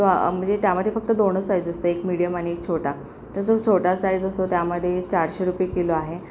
तो म्हणजे त्यामध्ये फक्त दोनच साईज असते एक मिडीयम आणि एक छोटा तर जो छोटा साईज असतो त्यामध्ये चारशे रुपये किलो आहे